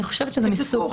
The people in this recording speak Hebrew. אני חושבת שזה --- תראו,